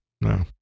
No